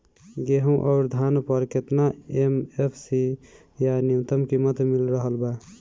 गेहूं अउर धान पर केतना एम.एफ.सी या न्यूनतम कीमत मिल रहल बा?